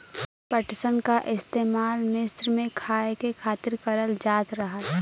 पटसन क इस्तेमाल मिस्र में खाए के खातिर करल जात रहल